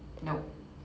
nope